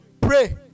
pray